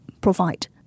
provide